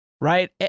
Right